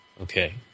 Okay